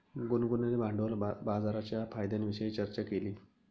गुनगुनने भांडवल बाजाराच्या फायद्यांविषयी चर्चा केली